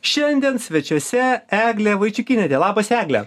šiandien svečiuose eglė vaičiukynaitė labas egle